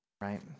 right